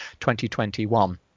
2021